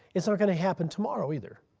it's not going to happen tomorrow either.